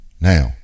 Now